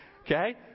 Okay